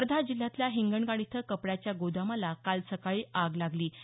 वर्धा जिल्ह्यातल्या हिंगणघाट इथं कपड्याच्या गोदामाला काल सकाळी आग लागली होती